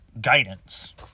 guidance